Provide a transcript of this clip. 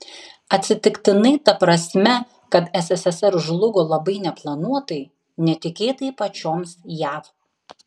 atsitiktinai ta prasme kad sssr žlugo labai neplanuotai netikėtai pačioms jav